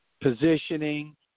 positioning